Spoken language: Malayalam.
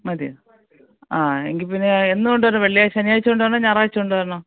മതിയോ ആ എങ്കിൽ പിന്നെ എന്ന് കൊണ്ടുവരണം വെള്ളി ശനിയാഴ്ച കൊണ്ട് വരണോ ഞായറാഴ്ച കൊണ്ട് വരണോ